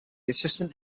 assistant